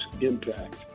impact